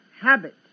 habit